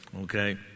okay